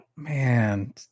Man